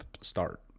start